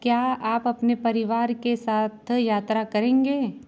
क्या आप अपने परिवार के साथ यात्रा करेंगे